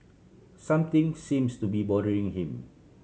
something seems to be bothering him